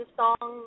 song